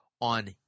on